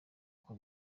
uko